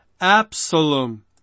Absalom